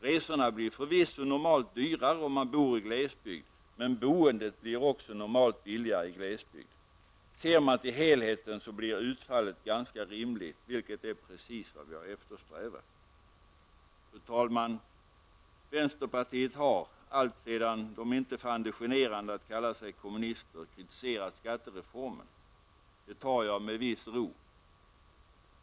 Resorna blir förvisso normalt dyrare om man bor i glesbygd men boendet blir också normalt billigare i glesbygd. Ser man till helheten, blir utfallet ganska rimligt, vilket är precis vad vi har eftersträvat. Fru talman! Vänsterpartiet har, alltsedan partiet inte fann det generande att kalla sig kommunister, kritiserat skattereformen. Det tar jag med viss ro.